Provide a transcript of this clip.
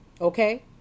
Okay